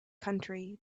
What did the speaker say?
country